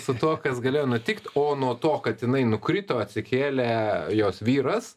su tuo kas galėjo nutikt o nuo to kad jinai nukrito atsikėlė jos vyras